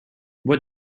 what